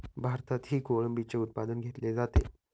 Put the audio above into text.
भारतातही कोळंबीचे उत्पादन घेतले जाते